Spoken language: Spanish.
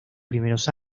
primeros